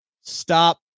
stop